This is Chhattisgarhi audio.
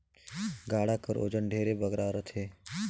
गाड़ा कर ओजन ढेरे बगरा रहथे